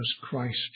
Christ